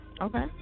Okay